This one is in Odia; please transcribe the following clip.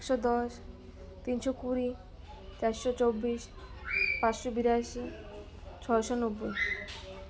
ଏକ ଶହ ଦଶ ତିନି ଶହ କୋଡ଼ିଏ ଚାରି ଶହ ଚବିଶି ପାଞ୍ଚ ଶହ ବିରାଅଶୀ ଛଅ ଶହ ନବେ